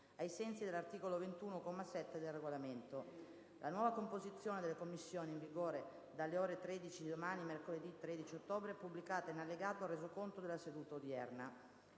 ai sensi dell'articolo 21, comma 7, del Regolamento. La nuova composizione delle Commissioni, in vigore dalle ore 13 di domani, mercoledì 13 ottobre, è pubblicata in allegato al Resoconto della seduta odierna.